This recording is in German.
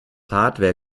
hardware